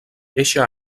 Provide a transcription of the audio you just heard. eixe